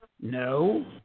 No